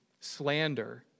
slander